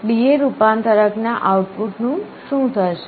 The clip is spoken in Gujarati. DA રૂપાંતરક ના આઉટપુટનું શું થશે